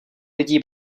lidí